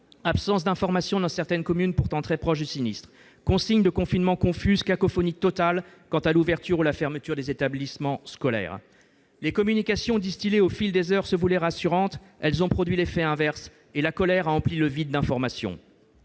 absence d'information dans certaines communes pourtant très proches du sinistre, consignes de confinement confuses, cacophonie totale quant à l'ouverture ou la fermeture des établissements scolaires. Les communications distillées au fil des heures se voulaient rassurantes : elles ont produit l'effet inverse, et la colère a empli le vide d'informations.